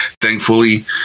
thankfully